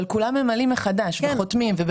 אבל כולם ממלאים מחדש וחותמים.